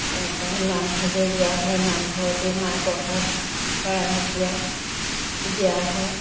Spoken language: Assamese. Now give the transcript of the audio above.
তাৰপৰা নামঘৰলৈ যোৱা হয় নামঘৰতো মাহ প্ৰসাদ শৰাই সঁফুৰা দিয়া হয়